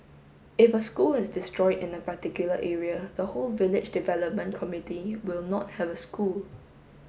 if a school is destroyed in a particular area the whole village development committee will not have a school